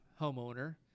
homeowner